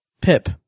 Pip